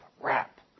wrap